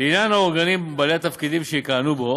ולעניין האורגנים ובעלי התפקידים שיכהנו בו,